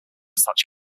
such